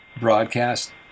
broadcast